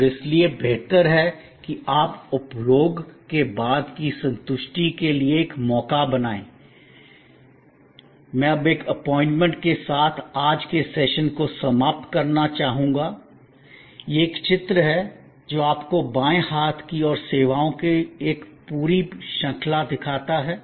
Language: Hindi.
और इसलिए बेहतर है कि आप उपभोग के बाद की संतुष्टि के लिए एक मौका बनाएं मैं अब एक असाइनमेंट के साथ आज के सेशन को समाप्त करना चाहूंगा यह एक चित्र है जो आपको बाएं हाथ की ओर सेवाओं की एक पूरी श्रृंखला दिखाता है